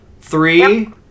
Three